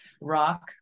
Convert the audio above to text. rock